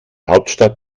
hauptstadt